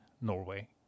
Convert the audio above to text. Norway